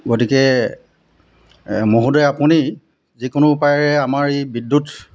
গতিকে মহোদয়ে আপুনি যিকোনো উপায়েৰে আমাৰ এই বিদ্যুৎ